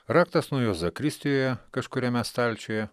raktas nuo jo zakristijoje kažkuriame stalčiuje